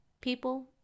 people